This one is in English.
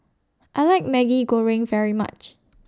I like Maggi Goreng very much